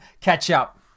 catch-up